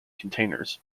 containers